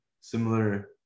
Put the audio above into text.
similar